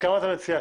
כמה אתה מציע?